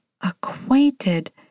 acquainted